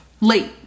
Late